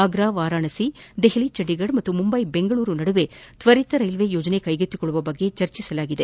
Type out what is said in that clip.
ಆಗ್ರಾ ವಾರಾಣಸಿ ದೆಹಲಿ ಚಂಡೀಗಡ್ ಮತ್ತು ಮುಂಬೈ ಬೆಂಗಳೂರು ನಡುವೆ ತ್ವರಿತ ರೈಲ್ವೆ ಯೋಜನೆ ಕೈಗೆತ್ತಿಕೊಳ್ಳುವ ಕುರಿತಂತೆ ಚರ್ಚಿಸಲಾಗಿದೆ